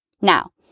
Now